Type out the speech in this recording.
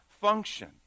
function